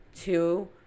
Two